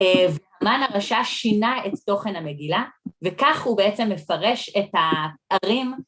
המן הרשע שינה את תוכן המגילה, וכך הוא בעצם מפרש את הערים.